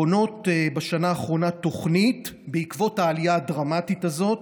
שבונות בשנה האחרונה, בעקבות העלייה הדרמטית הזאת,